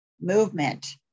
movement